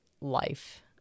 life